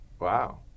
Wow